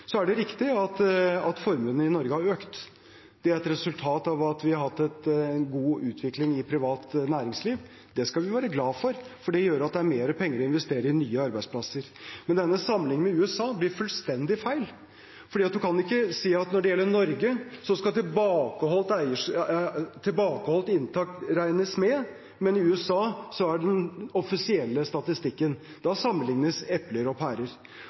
Så er det riktig at formuene i Norge har økt. Det er et resultat av at vi har hatt en god utvikling i privat næringsliv. Det skal vi være glad for, for det gjør at det er mer penger å investere i nye arbeidsplasser. Men denne sammenligningen med USA blir fullstendig feil, for man kan ikke si at når det gjelder Norge, skal tilbakeholdt inntekt regnes med, men i USA er det den offisielle statistikken. Da sammenlignes epler og pærer.